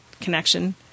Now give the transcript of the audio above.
Connection